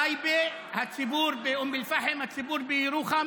בטייבה, הציבור באום אל-פחם, הציבור בירוחם